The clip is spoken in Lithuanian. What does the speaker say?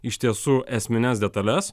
iš tiesų esmines detales